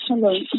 Hello